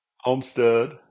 Homestead